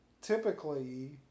typically